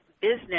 business